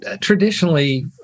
traditionally